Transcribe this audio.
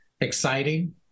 exciting